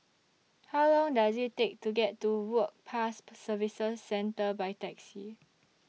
How Long Does IT Take to get to Work Pass Services Centre By Taxi